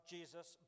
Jesus